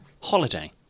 holiday